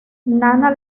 nana